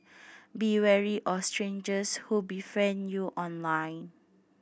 be wary of strangers who befriend you online